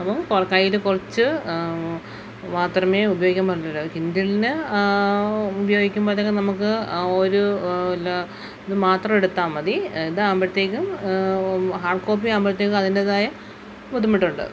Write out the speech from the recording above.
അപ്പം കയ്യിൽ കുറച്ച് ബാത്റൂമിൽ ഉപയോഗിക്കുമ്പോഴുണ്ടല്ലോ കിൻഡിലിനു ഉപയോഗിക്കുമ്പോഴത്തേക്കും നമുക്ക് ഒരു എല്ലാ മാത്രമെടുത്താൽ മതി ഇതാകുകുമ്പോഴത്തേക്കും ഹാർഡ് കോപ്പി ആകുമ്പോഴത്തേക്കും അതിൻറ്റേതായ ബുദ്ധിമുട്ടുണ്ട്